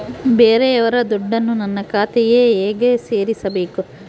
ಬೇರೆಯವರ ದುಡ್ಡನ್ನು ನನ್ನ ಖಾತೆಗೆ ಹೇಗೆ ಸೇರಿಸಬೇಕು?